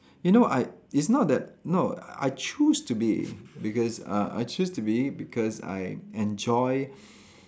you know I it's not that no I choose to be because uh I choose to be because I enjoy